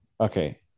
Okay